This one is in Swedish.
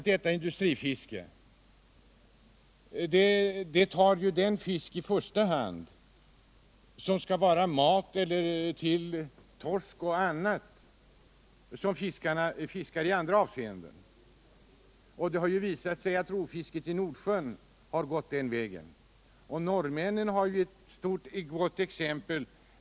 Detta industrifiske tar ju i första hand den fisk som skall vara mat till exempeivis torsk. Det har visat sig att rovfisket i Nordsjön fått katastrofala konsekvenser.